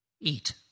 eat